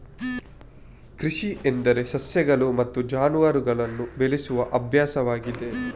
ಕೃಷಿ ಎಂದರೆ ಸಸ್ಯಗಳು ಮತ್ತು ಜಾನುವಾರುಗಳನ್ನು ಬೆಳೆಸುವ ಅಭ್ಯಾಸವಾಗಿದೆ